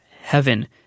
heaven